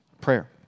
Prayer